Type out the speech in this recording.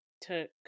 took